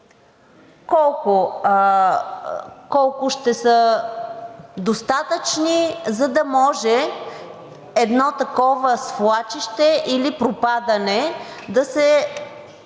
колко ще са достатъчни, за да може едно такова свлачище или пропадане да се